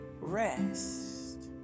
rest